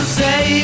say